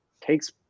takes